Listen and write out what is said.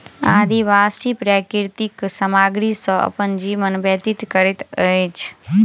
आदिवासी प्राकृतिक सामग्री सॅ अपन जीवन व्यतीत करैत अछि